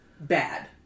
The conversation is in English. bad